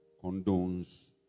condones